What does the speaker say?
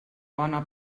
bona